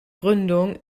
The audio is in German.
gründung